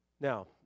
Now